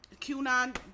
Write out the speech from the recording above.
Q9